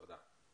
תודה.